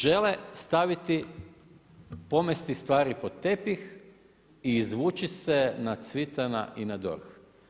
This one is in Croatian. Žele staviti, pomesti stvari pod tepih i izvući se na Cvitana i na DORH.